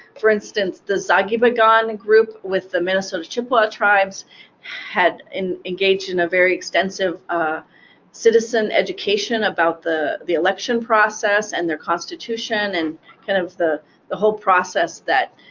for instance the zaagibigan group with the minnesota chippewa tribes had engaged in a very extensive citizen education about the the election process, and their constitution, and kind of the the whole process that